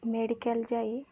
medical ଯାଇ